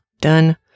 Done